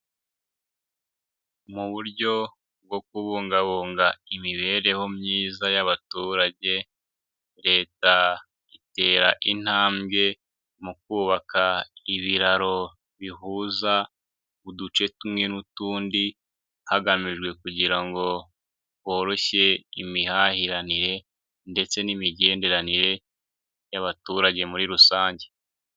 Mu buryo bwo kubungabunga imibereho myiza y'abaturage, Leta itera intambwe mu kubaka ibiraro bihuza uduce tumwe n'utundi, hagamijwe kugira ngo horoshye imihahiranire ndetse n'imigenderanire y'abaturage muri rusange.